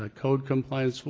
ah code compliance,